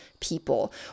people